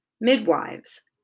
midwives